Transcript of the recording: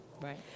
right